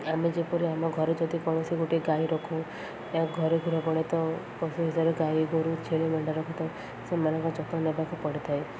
ଆମେ ଯେପରି ଆମ ଘରେ ଯଦି କୌଣସି ଗୋଟିଏ ଗାଈ ରଖୁ ଘରେ ତ ପଶୁ ହିସାବରେ ଗାଈ ଗୋରୁ ଛେଳି ମେଣ୍ଢା ରଖିଥାଉ ସେମାନଙ୍କ ଯତ୍ନ ନେବାକୁ ପଡ଼ିଥାଏ